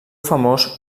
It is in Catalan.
famós